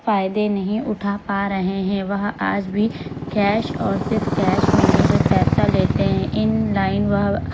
فائدے نہیں اٹھا پا رہے ہیں وہ آج بھی کیش اور صرف کیش میں ہی وہ پیسہ لیتے ہیں ان لائن وہ